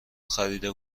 خریده